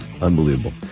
Unbelievable